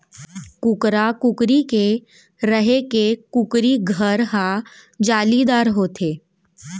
कुकरा, कुकरी के रहें के कुकरी घर हर जालीदार होथे